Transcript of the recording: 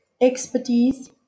expertise